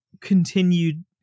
continued